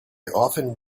often